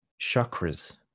chakras